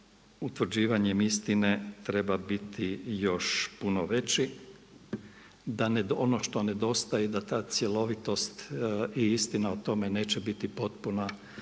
utvrđivanjem istine treba biti još puno veći, da ono što nedostaje, da ta cjelovitost i istina o tome neće biti potpuna